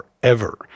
forever